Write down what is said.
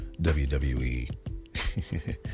WWE